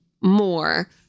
more